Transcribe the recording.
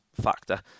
factor